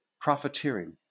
Profiteering